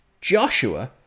Joshua